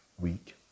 week